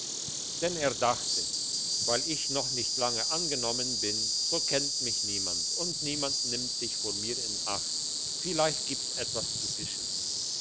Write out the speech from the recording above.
denn er dachte weil ich noch nicht lange angenommen bin so kennt mich niemand und niemand nimmt sich vor mir in acht vielleicht gibt's etwas zu fischen